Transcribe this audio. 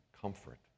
comfort